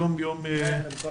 היום יום שני,